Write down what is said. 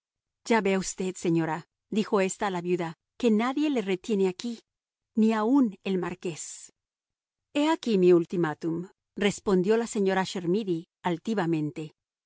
ya ve usted señora dijo ésta a la viuda que nadie la retiene aquí ni aun el marqués he aquí mi ultimátum respondió la señora chermidy altivamente